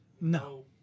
No